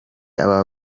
aba